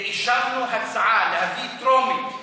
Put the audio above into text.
ואישרנו הצעה להביא, טרומית,